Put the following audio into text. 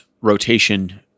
rotation